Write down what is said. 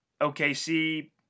OKC